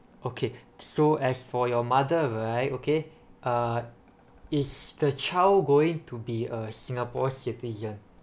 okay so as for your mother right okay uh is the child going to be a singapore citizen